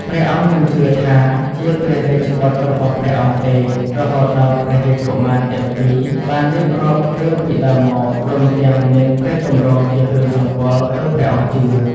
ព្រះអង្គមិនជឿថាជាព្រះរាជបុត្ររបស់ព្រះអង្គទេ រហូតដល់ព្រះរាជកុមារទាំងពីរបានរៀបរាប់រឿងពីដើមមក រួមទាំងមានព្រះទម្រង់ជាគ្រឿងសម្គាល់ ទើបព្រះអង្គជឿ។